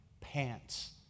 pants